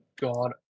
god